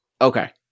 Okay